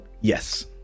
Yes